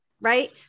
Right